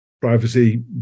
privacy